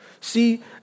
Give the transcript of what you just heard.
See